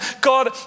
God